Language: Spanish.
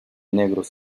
negros